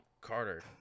Carter